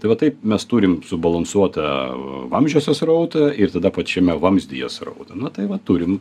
tai va taip mes turim subalansuotą vamzdžiuose srautą ir tada pačiame vamzdyje srautą na tai va turim